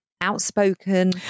outspoken